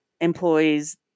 employees